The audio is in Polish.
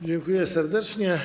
Dziękuję serdecznie.